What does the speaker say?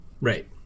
Right